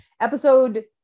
episode